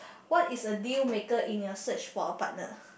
what is a deal maker in your search for a partner